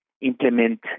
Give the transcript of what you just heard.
implement